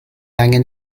angen